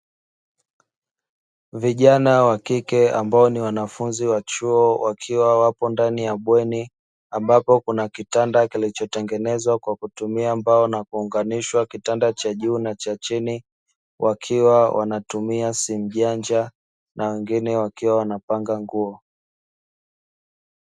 Vijana wakike ambao ni wanafunzi wa chuo wakiwa wapo ndani ya bweni ambapo kuna kitanda kilichotengenezwa kwa kutumia mbao na kuunganishwa kitanda cha juu na cha chini, wakiwa wanatumia simu janja na wengine wakiwa wanapanga nguo.